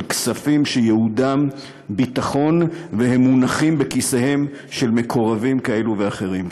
של כספים שייעודם ביטחון והם מונחים בכיסיהם של מקורבים כאלה ואחרים.